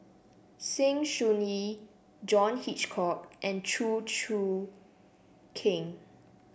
Sng Choon Yee John Hitchcock and Chew Choo Keng